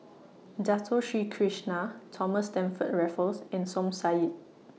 Dato Sri Krishna Thomas Stamford Raffles and Som Said